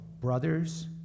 brothers